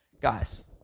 Guys